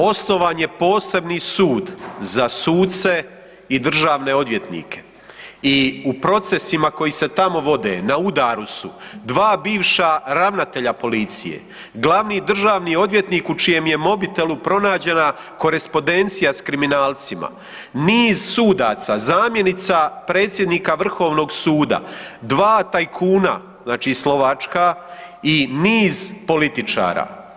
Osnovan je posebni sud za suce i državne odvjetnike i u procesima koji se tamo vode na udaru su dva bivša ravnatelja policije, glavni državni odvjetnik u čijem je mobitelu pronađena korespondencija s kriminalcima, niz sudaca, zamjenica predsjednika vrhovnog suda, dva tajkuna, znači slovačka i niz političara.